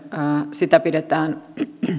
sitä